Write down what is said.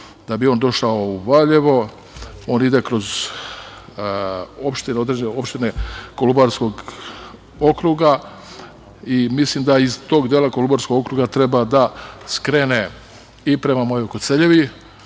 Da bi on došao u Valjevo, on ide kroz opštine Kolubarskog okruga i mislim da iz tog dela Kolubarskog okruga treba da skrene i prema mojoj Koceljevi,